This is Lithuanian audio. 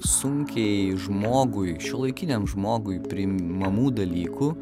sunkiai žmogui šiuolaikiniam žmogui priimamų dalykų